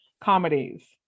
comedies